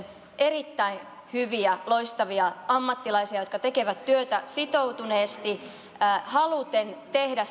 erittäin hyviä loistavia varhaiskasvatuksen ammattilaisia jotka tekevät työtä sitoutuneesti haluten tehdä